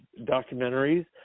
documentaries